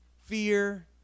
fear